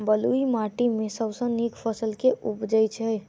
बलुई माटि मे सबसँ नीक फसल केँ उबजई छै?